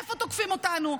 איפה תוקפים אותנו.